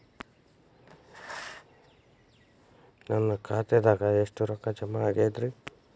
ನನ್ನ ಖಾತೆದಾಗ ಎಷ್ಟ ರೊಕ್ಕಾ ಜಮಾ ಆಗೇದ್ರಿ?